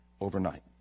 overnight